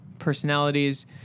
personalities